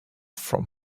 from